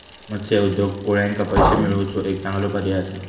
मत्स्य उद्योग कोळ्यांका पैशे मिळवुचो एक चांगलो पर्याय असा